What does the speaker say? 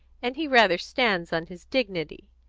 and he rather stands on his dignity.